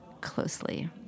closely